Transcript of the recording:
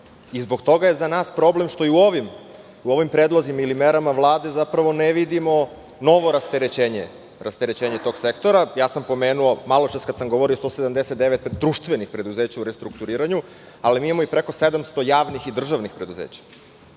Zbog toga je za nas problem što i u ovim predlozima ili merama Vlade zapravo ne vidimo novo rasterećenje tog sektora. Malo čas kada sam govorio pomenuo sam 179 društvenih preduzeća u restrukturiranju, ali mi imamo i preko 700 javnih i državnih preduzeća.